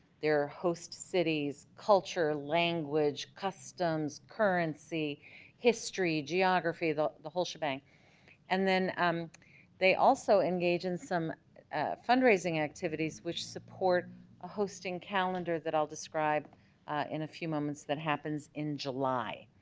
their host cities culture language customs currency history geography the the whole shebang and then um they also engage in some fundraising activities which support a hosting calendar that i'll describe in a few moments that happens in july